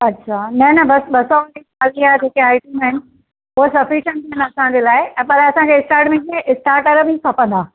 अच्छा न न ॿ सौ वारी थालीअ जेके आइटम आहिनि उहे सफिशिएंट आहिनि असांजे लाइ ऐं पर असांखे स्टार्टिंग में स्टार्टर बि खपंदा